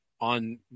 on